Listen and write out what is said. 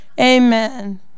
Amen